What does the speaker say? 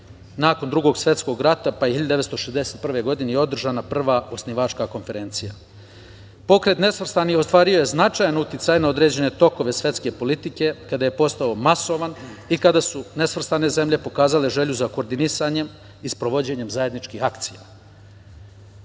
nakon Drugog svetskog rata, pa je 1961. godine održana prva osnivačka konferencija. Pokret nesvrstanih ostvario je značajan uticaj na određene tokove svetske politike kada je postao masovan i kada su nesvrstane zemlje pokazale želju za koordinisanjem i sprovođenjem zajedničkih akcija.